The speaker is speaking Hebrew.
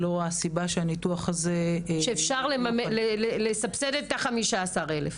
כשאפשר לסבסד את ה-15,000 האלה